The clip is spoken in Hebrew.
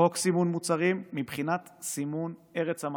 חוק סימון מוצרים, מבחינת סימון ארץ המקור.